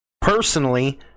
Personally